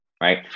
right